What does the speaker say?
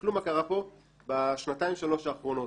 תסתכלו מה קרה פה בשנתיים-שלוש האחרונות.